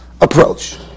approach